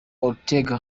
ortega